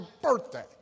birthday